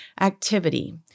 activity